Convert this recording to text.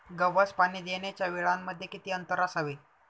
गव्हास पाणी देण्याच्या वेळांमध्ये किती अंतर असावे?